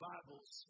Bibles